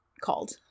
called